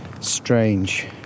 strange